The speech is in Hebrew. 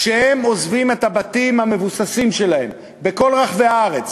כשהם עוזבים את הבתים המבוססים שלהם בכל רחבי הארץ